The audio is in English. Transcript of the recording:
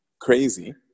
crazy